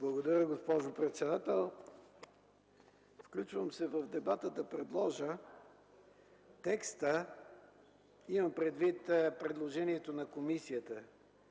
Благодаря Ви, госпожо председател. Включвам се в дебата, за да предложа текстът в предложението на комисията